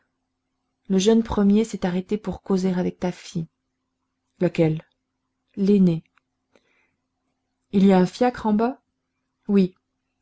le jeune premier s'est arrêté pour causer avec ta fille laquelle l'aînée il y a un fiacre en bas oui